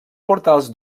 portals